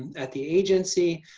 at the agency.